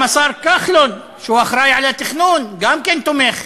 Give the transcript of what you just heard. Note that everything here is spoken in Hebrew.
גם השר כחלון, שהוא אחראי לתכנון, גם כן תומך.